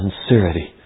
sincerity